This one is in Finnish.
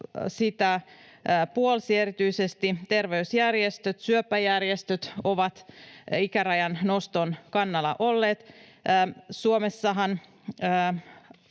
sitä puolsi. Erityisesti terveysjärjestöt, syöpäjärjestöt ovat ikärajan noston kannalla olleet. Suomessahan